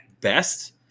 best